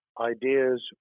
ideas